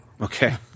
Okay